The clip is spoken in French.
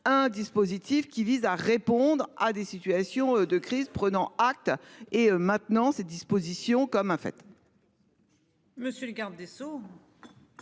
Un dispositif qui vise à répondre à des situations de crise. Prenant acte et maintenant ces dispositions comme en fait.